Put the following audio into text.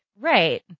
Right